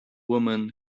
woman